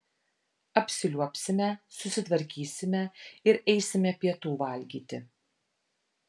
apsiliuobsime susitvarkysime ir eisime pietų valgyti